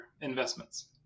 investments